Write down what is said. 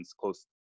close